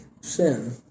sin